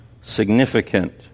significant